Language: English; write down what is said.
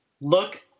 look